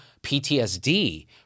PTSD